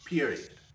Period